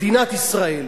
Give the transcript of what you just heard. מדינת ישראל.